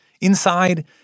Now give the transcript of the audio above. Inside